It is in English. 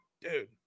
dude